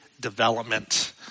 development